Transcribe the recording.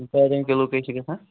بادام کِلوٗ کٔہۍ چھُ گژھان